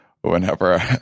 whenever